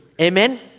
Amen